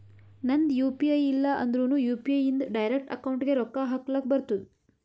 ನಂದ್ U P I ಇಲ್ಲ ಅಂದುರ್ನು ಯು.ಪಿ.ಐ ಇಂದ್ ಡೈರೆಕ್ಟ್ ಅಕೌಂಟ್ಗ್ ರೊಕ್ಕಾ ಹಕ್ಲಕ್ ಬರ್ತುದ್